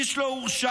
איש לא הורשע,